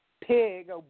Pig